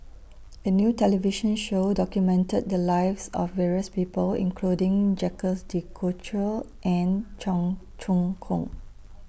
A New television Show documented The Lives of various People including Jacques De Coutre and Cheong Choong Kong